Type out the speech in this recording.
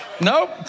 Nope